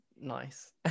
nice